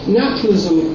naturalism